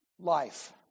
Life